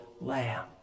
lamb